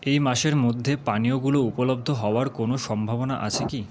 এই মাসের মধ্যে পানীয়গুলো উপলব্ধ হওয়ার কোনো সম্ভাবনা আছে কি